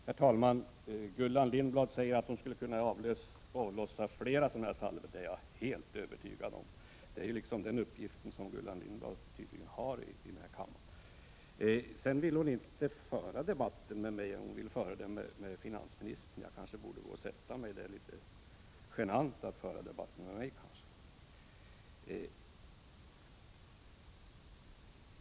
Herr talman! Gullan Lindblad säger att hon skulle kunna avlossa fler sådana här salvor, och det är jag helt övertygad om. Det tycks vara den uppgift Gullan Lindblad har i kammaren. Sedan vill hon inte föra debatten med mig utan med finansministern. Jag kanske borde gå och sätta mig eftersom det är genant att debattera med mig.